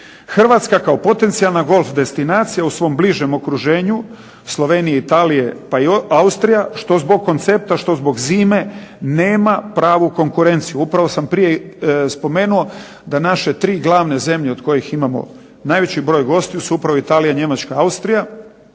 Hrvatska kao potencijalna golf destinacija u svom bližem okruženju Slovenije i Italije pa i Austrija, što zbog koncepta, što zbog zime, nema pravu konkurenciju. Upravo sam prije spomenuo da naše tri glavne zemlje od kojih imamo najveći broj gostiju su upravo Italija, Njemačka, Austrija,